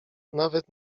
nawet